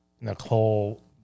Nicole